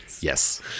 Yes